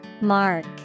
Mark